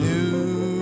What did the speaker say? New